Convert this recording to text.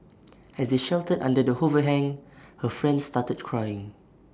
as they sheltered under the overhang her friend started crying